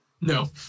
No